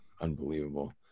unbelievable